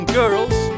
girls